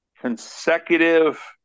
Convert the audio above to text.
consecutive